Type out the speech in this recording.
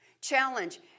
Challenge